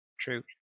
true